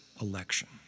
election